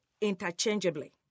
interchangeably